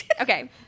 Okay